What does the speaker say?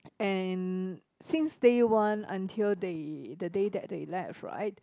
and since day one until they the day that they left right